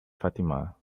fatima